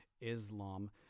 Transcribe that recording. Islam